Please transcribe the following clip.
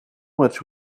much